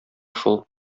шул